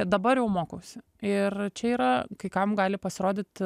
dabar jau mokausi ir čia yra kai kam gali pasirodyt